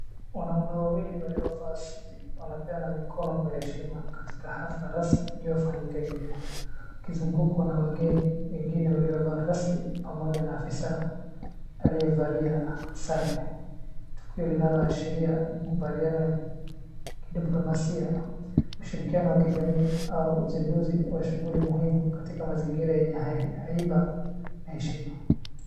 Wanaume wawili waliovaa suti wanapeana mikono kwa heshima katika hafla rasmi iliyofanyika nje, wakizungukwa na wageni wengine waliovaaa rasmi pamoja na afisaa aliyevalia sare, tukio linaloashiria mkubaliano ya kidiplomasia, mshirikiano wa kijamii au uzinduzi wa shughuli muhimu katika mazingira yenye shahiba na heshima.